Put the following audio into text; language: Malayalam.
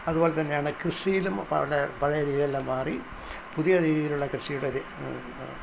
അതുപോലെതന്നെയാണ് കൃഷിയിലും അവരുടെ പഴയ രീതിയെല്ലാം മാറി പുതിയ രീതിയിലുള്ള കൃഷിയുടെ